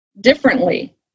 differently